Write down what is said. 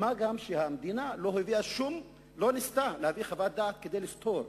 ומה גם שהמדינה לא ניסתה להביא חוות דעת כדי לסתור.